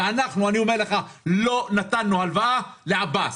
ואנחנו, אני אומר לך, לא נתנו הלוואה לעבאס.